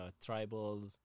tribal